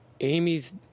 Amy's